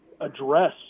address